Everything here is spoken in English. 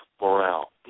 morale